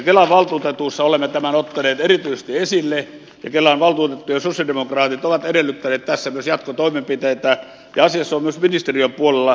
kelan valtuutetuissa olemme tämän ottaneet erityisesti esille ja kelan valtuutettujen sosialidemokraatit ovat edellyttäneet tässä myös jatkotoimenpiteitä ja asiassa on myös ministeriön puolella edettävä